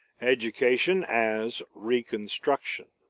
education as reconstruction.